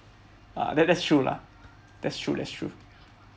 uh that's true lah that's true that's true